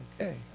okay